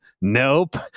nope